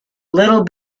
little